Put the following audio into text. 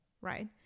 right